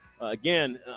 again